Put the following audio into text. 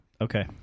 Okay